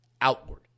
outward